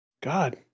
God